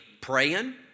praying